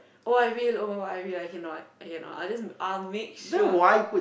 oh I will [oh]-my-God I will I can not I can not I just I'll make sure